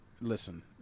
Listen